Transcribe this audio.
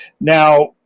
now